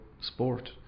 sport